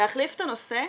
להחליף את הנושא,